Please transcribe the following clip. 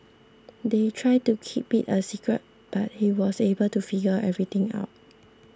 they tried to keep it a secret but he was able to figure everything out